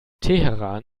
teheran